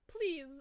Please